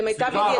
סליחה,